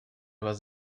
was